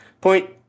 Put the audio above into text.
point